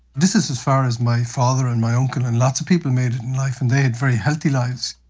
this is as far as my father and my uncle and lots of people made it in life and they had very healthy lives,